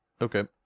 Okay